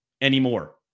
anymore